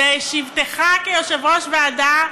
בשבתך כיושב-ראש ועדה,